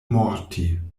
morti